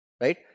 Right